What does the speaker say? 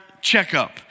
checkup